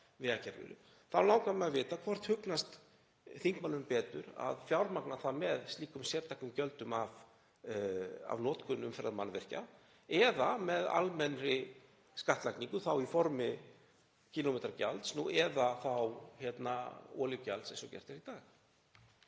þá langar mig að vita: Hvort hugnast þingmanninum betur að fjármagna það með slíkum sértækum gjöldum af notkun umferðarmannvirkja eða með almennri skattlagningu, þá í formi kílómetragjalds eða olíugjalds eins og gert er í dag?